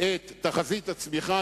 את תחזית הצמיחה,